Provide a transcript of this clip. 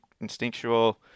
instinctual